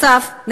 נוסף על כך,